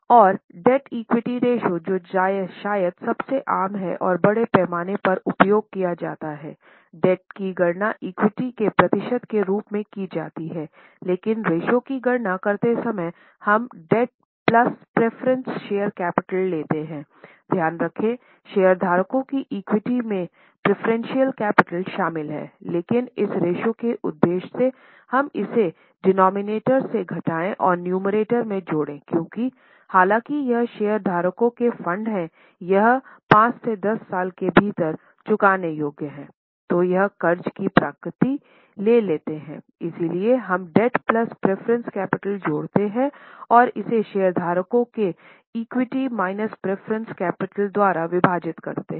और डेब्ट equity ratio capital द्वारा विभाजित करते हैं